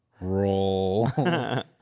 Roll